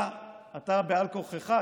אתה בעל כורחך,